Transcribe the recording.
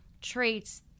traits